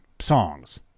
songs